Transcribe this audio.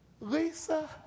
Lisa